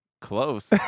Close